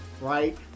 right